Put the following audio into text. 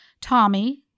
Tommy